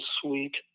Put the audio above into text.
sweet